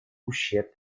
ущерб